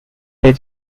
their